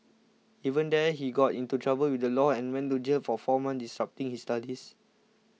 even there he got into trouble with the law and went to jail for four months disrupting his studies